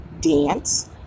dance